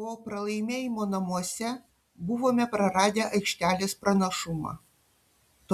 po pralaimėjimo namuose buvome praradę aikštelės pranašumą